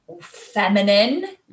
feminine